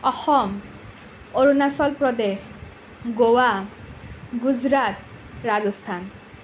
Assam Arunachal Pradesh Goa Gujarat Rajasthan